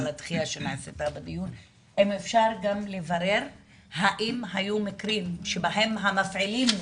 אם אפשר גם לברר האם היו מקרים שבהם המפעילים נתפסו,